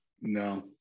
No